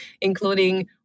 including